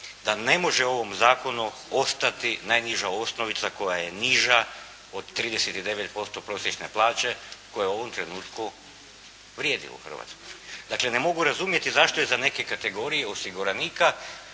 da ne može u ovom zakonu ostati najniža osnovica koja je niža od 39% prosječne plaće koja u ovom trenutku vrijedi u Hrvatskoj. Dakle, ne mogu razumjeti zašto je za neke kategorije osiguranika